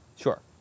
Sure